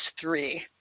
three